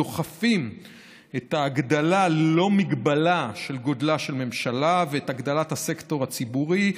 דוחפים את ההגדלה ללא מגבלה של ממשלה ואת הגדלת הסקטור הציבורי.